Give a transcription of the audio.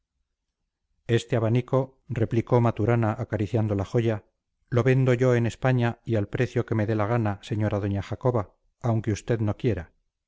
este abanico replicó maturana acariciando la joya lo vendo yo en españa y al precio que me dé la gana señora doña jacoba aunque usted no quiera